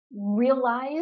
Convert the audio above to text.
realize